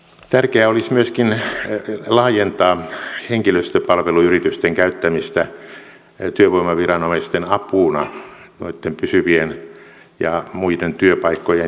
tärkeää olisi myöskin laajentaa henkilöstöpalveluyritysten käyttämistä työvoimaviranomaisten apuna pysyvien ja muiden työpaikkojen järjestämisessä